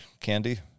candy